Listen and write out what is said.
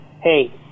Hey